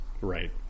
Right